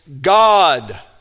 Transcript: God